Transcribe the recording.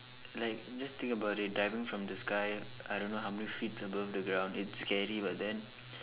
like just think about it diving from the sky I don't know how many feets above the ground it's scary but then